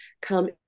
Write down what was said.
come